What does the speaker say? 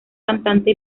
cantante